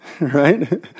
Right